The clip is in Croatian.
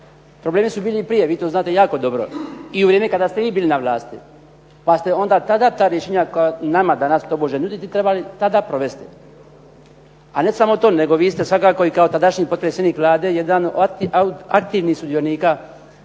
Problemi su bili prije vi to znate jako dobro i u vrijeme kada ste vi bili na vlasti, pa ste tada ona rješenja koja nama danas tobože nudite trebali tada provesti. A ne sam to, vi ste kao tadašnji potpredsjednik Vlade jedan od aktivnih sudionika